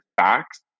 facts